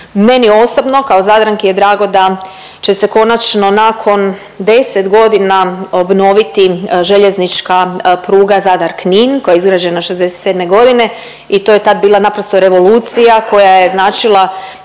Meni osobno kao Zadranki je drago da će se konačno nakon deset godina obnoviti željeznička pruga Zadar-Knin koja je izgrađena '67.g. i to je tad bila naprosto revolucija koja je značila